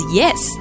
yes